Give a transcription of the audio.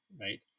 right